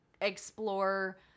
explore